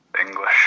English